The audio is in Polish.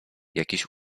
jakiś